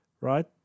Right